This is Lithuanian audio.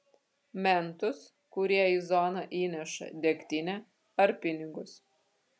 mentus kurie į zoną įneša degtinę ar pinigus